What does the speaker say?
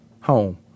Home